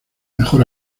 mejor